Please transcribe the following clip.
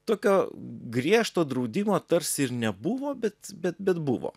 tokio griežto draudimo tarsi ir nebuvo bet bet bet buvo